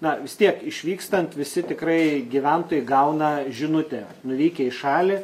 na vis tiek išvykstant visi tikrai gyventojai gauna žinutę nuvykę į šalį